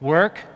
Work